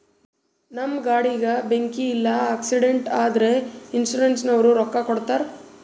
ನಮ್ ಗಾಡಿಗ ಬೆಂಕಿ ಇಲ್ಲ ಆಕ್ಸಿಡೆಂಟ್ ಆದುರ ಇನ್ಸೂರೆನ್ಸನವ್ರು ರೊಕ್ಕಾ ಕೊಡ್ತಾರ್